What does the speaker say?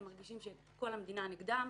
הם מרגישים שכל המדינה נגדם,